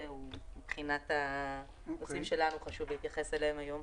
אלה הנושאים שלנו היה חשוב להתייחס אליהם היום.